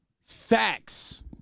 Facts